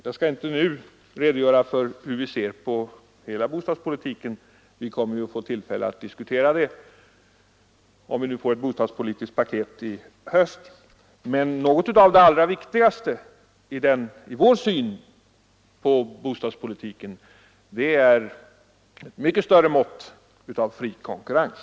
Jag skall inte nu redogöra för hur vi ser på hela bostadspolitiken — det blir ju tillfälle att diskutera den, om vi får ett bostadspolitiskt paket i höst — men något av det allra viktigaste i vår syn på bostadspolitiken är ett mycket större mått av fri konkurrens.